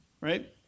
right